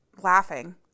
laughing